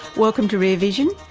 welcome to rear vision,